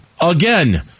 again